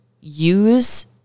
use